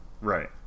Right